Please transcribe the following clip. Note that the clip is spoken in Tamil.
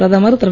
பிரதமர் திரு